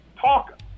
talk